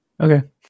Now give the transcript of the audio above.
Okay